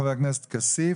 חבר הכנסת כסיף,